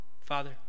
Father